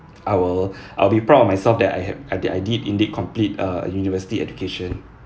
I will I'll be proud of myself that I had that I did indeed complete uh a university education